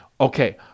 Okay